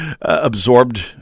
absorbed